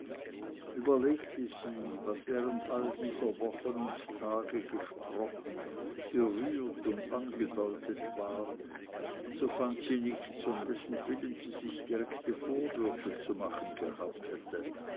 überlegte sie was während all dieser wochen und tage gesprochen berührt und angedeutet war so fand sie nichts um dessentwillen sie sich direkte vorwürfe zu machen gehabt hätte